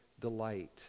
delight